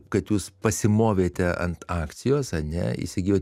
kad jūs pasimovėte ant akcijos ane įsigijot